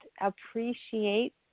appreciate